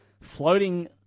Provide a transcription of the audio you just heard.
floating